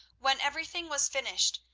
when everything was finished,